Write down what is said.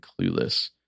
clueless